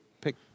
Pick